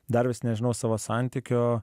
dar vis nežinau savo santykio